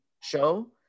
show